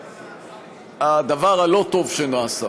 הדבר הלא-טוב שנעשה,